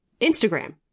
Instagram